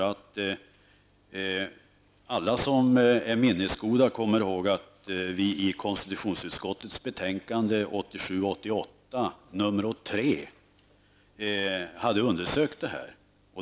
Alla minnesgoda erinrar sig att vi i konstitutionsutskottets betänkande 1987/88:3 hade undersökt detta.